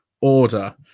order